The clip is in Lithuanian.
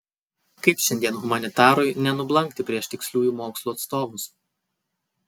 kaip šiandien humanitarui nenublankti prieš tiksliųjų mokslų atstovus